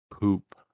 poop